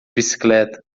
bicicleta